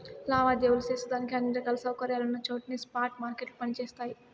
లావాదేవీలు సేసేదానికి అన్ని రకాల సౌకర్యాలున్నచోట్నే స్పాట్ మార్కెట్లు పని జేస్తయి